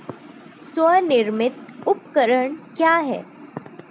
स्वनिर्मित उपकरण क्या है?